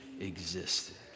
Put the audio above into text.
existed